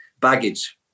baggage